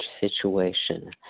situation